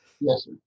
Yes